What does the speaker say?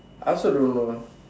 I also don't know